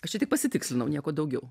aš čia tik pasitikslinau nieko daugiau